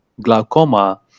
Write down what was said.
glaucoma